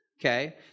Okay